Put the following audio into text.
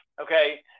okay